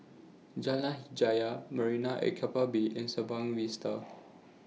Jalan Hajijah Marina At Keppel Bay and Sembawang Vista